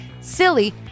silly